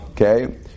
Okay